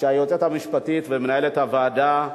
היועצת המשפטית ומנהלת הוועדה,